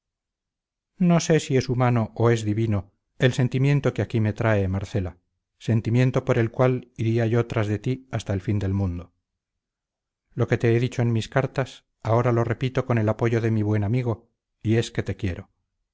no sé si es humano o es divino el sentimiento que aquí me trae marcela sentimiento por el cual iría yo tras de ti hasta el fin del mundo lo que te he dicho en mis cartas ahora lo repito con el apoyo de mi buen amigo y es que te quiero